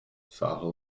sáhl